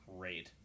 Great